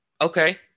okay